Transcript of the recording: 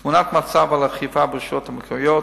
תמונת מצב על האכיפה ברשויות המקומיות,